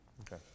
okay